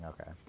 Okay